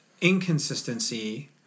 inconsistency